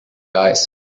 guys